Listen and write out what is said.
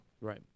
Right